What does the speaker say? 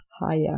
higher